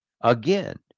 again